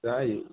जायो